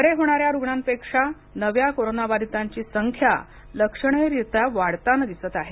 बरे होणाऱ्या रुग्णांपेक्षा नव्या कोरोनाबाधितांची संख्या लक्षणीयरित्या वाढताना दिसत आहे